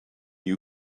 you